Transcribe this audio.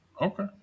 Okay